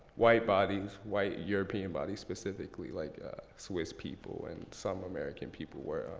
white bodies white, european bodies specifically, like swiss people and some american people were